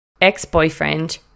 ex-boyfriend